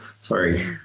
Sorry